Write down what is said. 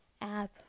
app